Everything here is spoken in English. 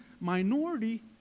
minority